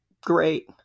great